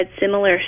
similar